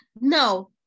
no